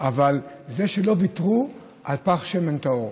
זה שלא ויתרו על פך שמן טהור.